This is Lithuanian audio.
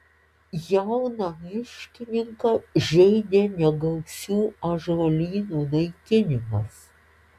jauną miškininką žeidė negausių ąžuolynų naikinimas